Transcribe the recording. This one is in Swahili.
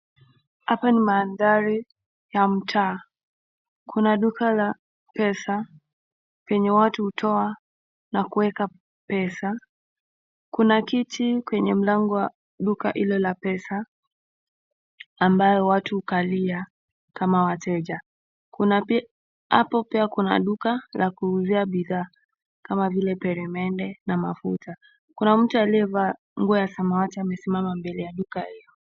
Hapa ni mandhari ya mtaa. Kuna duka la pesa penye watu utoa na kuweka pesa. Kuna kiti kwenye mlango wa duka hilo la pesa, ambayo watu ukalia kama wateja. Hapo pia kuna duka la kuuzia bidhaa kama vile peremende na mafuta. Kuna mtu aliyevaa nguo ya samawati amesimama mbele ya duka hiyo.